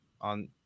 on